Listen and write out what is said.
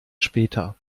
später